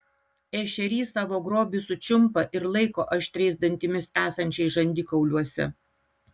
ešerys savo grobį sučiumpa ir laiko aštriais dantimis esančiais žandikauliuose